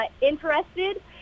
interested